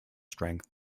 strength